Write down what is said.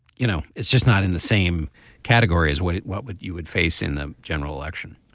you know it's just not in the same category as what what would you would face in the general election.